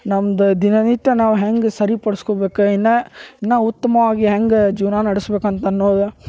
ನಮ್ದು ದಿನನಿತ್ಯ ನಾವು ಹೆಂಗೆ ಸರಿಪಡ್ಸ್ಕೊಬೇಕು ಇನ್ನ ಇನ್ನ ಉತ್ತಮವಾಗಿ ಹೆಂಗಾ ಜೀವನ ನಡಸ್ಬೇಕಂತ ಅನ್ನೋದು